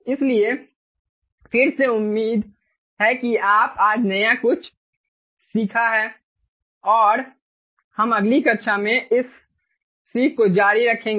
इसलिए फिर से उम्मीद है कि आपने आज कुछ नया सीखा है और हम अगली कक्षा में इस सीख को जारी रखेंगे